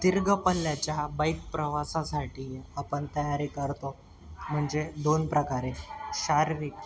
दीर्घ पल्ल्याच्या बाइक प्रवासासाठी आपण तयारी करतो म्हणजे दोन प्रकारे शारीरिक